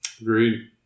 Agreed